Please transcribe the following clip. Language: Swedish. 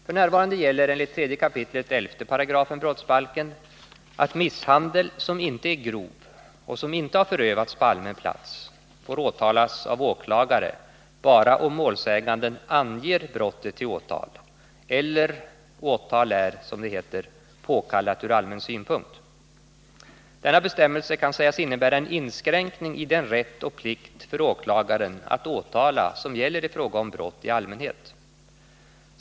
F. n. gäller enligt 3 kap. 11 § brottsbalken att misshandel som inte är grov och som inte har förövats på allmän plats får åtalas av åklagare bara om målsäganden anger brottet till åtal eller åtal är — som det heter — ”påkallat ur allmän synpunkt”. Denna bestämmelse kan sägas innebära en inskränkning i den rätt och plikt för åklagaren att åtala som gäller i fråga om brott i allmänhet.